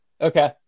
Okay